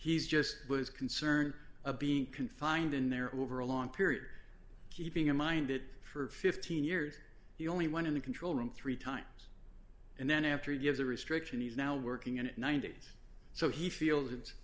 he's just was concerned a being confined in there over a long period keeping in mind it for fifteen years he only went in the control room three times and then after he gives a restriction he's now working at nine days so he feels it's